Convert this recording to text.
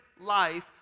life